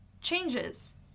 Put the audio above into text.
changes